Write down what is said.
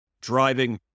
driving